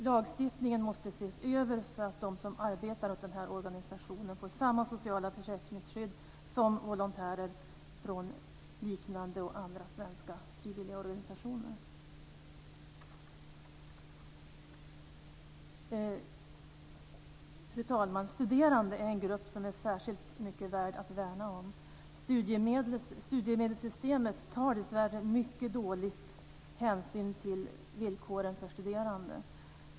Lagstiftningen måste ses över så att de som arbetar för den här organisationen får samma sociala försäkringsskydd som volontärer i liknande organisationer. Fru talman! Studerande är en grupp som är särskilt mycket värd att värna om. Studiemedelssystemet tar mycket dåligt hänsyn till villkoren för studerande.